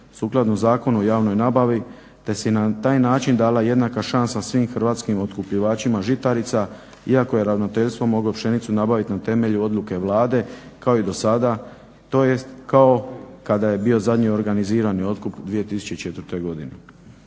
sukladno Zakonu o javnoj nabavi te se na taj način dala jednaka šansa svim hrvatskim otkupljivačima žitarica iako je ravnateljstvo moglo pšenicu nabaviti na temelju odluke Vlade kao i do sada, tj. kao i kada je bio zadnji organizirani otkup 2004. godini.